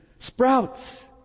Sprouts